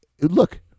look